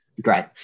great